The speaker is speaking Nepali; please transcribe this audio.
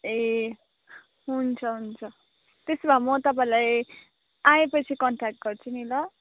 ए हुन्छ हुन्छ त्यसो भए म तपाईँलाई आएपछि कन्ट्याक्ट गर्छु नि ल